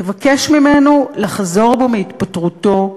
תבקש ממנו לחזור בו מהתפטרותו.